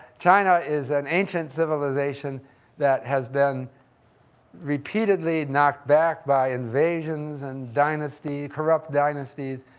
china is an ancient civilization that has been repeatedly knocked back by invasions and dynasty, corrupt dynasties.